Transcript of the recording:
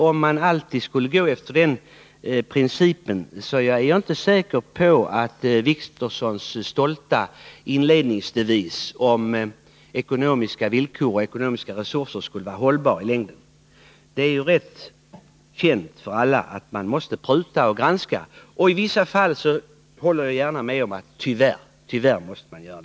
Om man alltid handlade efter den principen är jag inte säker på att Åke Wictorssons stolta devis om ekonomiska villkor och ekonomiska resurser i längden skulle vara hållbar. Det är väl rätt bekant för alla att prutningar och en granskning måste göras. Jag håller med om att det i vissa fall — tyvärr — inte är bra.